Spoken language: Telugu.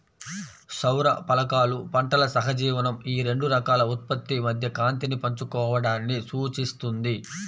సౌర ఫలకాలు పంటల సహజీవనం ఈ రెండు రకాల ఉత్పత్తి మధ్య కాంతిని పంచుకోవడాన్ని సూచిస్తుంది